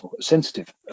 sensitive